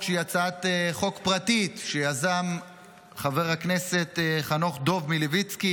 שהיא הצעת חוק פרטית שיזם חבר הכנסת חנוך דב מלביצקי,